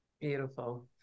Beautiful